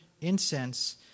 incense